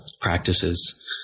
practices